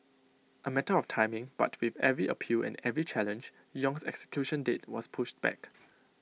A matter of timing but with every appeal and every challenge Yong's execution date was pushed back